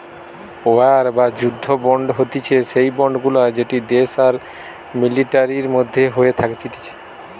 war বা যুদ্ধ bond হতিছে সেই বন্ড গুলা যেটি দেশ আর মিলিটারির মধ্যে হয়ে থাকতিছে